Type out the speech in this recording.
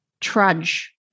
trudge